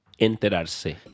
Enterarse